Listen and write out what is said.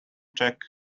cheque